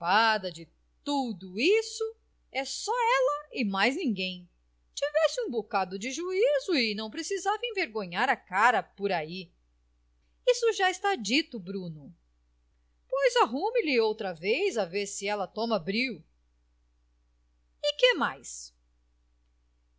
de tudo isto é só ela e mais ninguém tivesse um bocado de juízo e não precisava envergonhar a cara por ai isso já está dito bruno pois arrame lhe outra vez a ver se ela toma brio e que mais